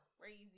crazy